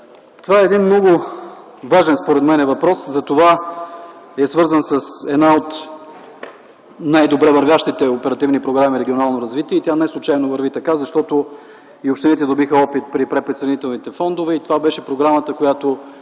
това е един много важен според мен въпрос, затова е свързан с една от най-добре вървящите оперативни програми „Регионално развитие” и тя не случайно върви така, защото и общините добиха опит при предприсъединителните фондове и това беше програмата, която